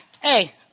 Hey